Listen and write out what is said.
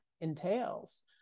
entails